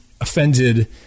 offended